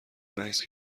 مکث